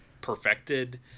perfected